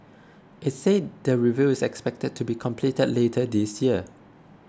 it said the review is expected to be completed later this year